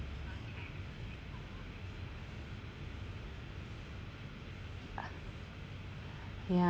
yeah